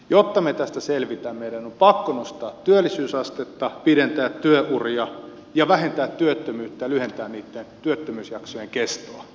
jotta me tästä selviämme meidän on pakko nostaa työllisyysastetta pidentää työuria ja vähentää työttömyyttä ja lyhentää niitten työttömyysjaksojen kestoa